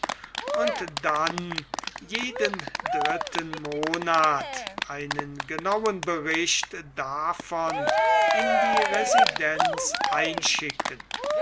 und dann jeden dritten monat einen genauen bericht davon in die residenz einschicke